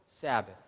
Sabbath